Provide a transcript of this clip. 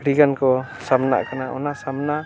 ᱟᱹᱰᱤ ᱜᱟᱱ ᱠᱚ ᱥᱟᱢᱱᱟᱜ ᱠᱟᱱᱟ ᱚᱱᱟ ᱥᱟᱢᱱᱟ